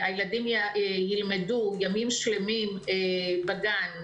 הילדים ילמדו ימים שלמים בגן,